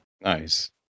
Nice